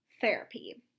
therapy